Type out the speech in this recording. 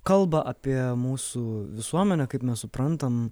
kalbą apie mūsų visuomenę kaip mes suprantam